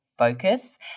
focus